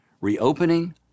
reopening